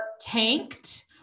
tanked